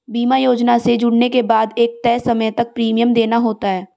बीमा योजना से जुड़ने के बाद एक तय समय तक प्रीमियम देना होता है